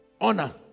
honor